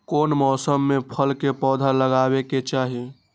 कौन मौसम में फल के पौधा लगाबे के चाहि?